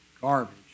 garbage